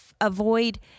avoid